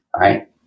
right